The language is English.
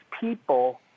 people